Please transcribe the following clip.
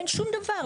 אין שום דבר.